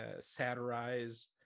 satirize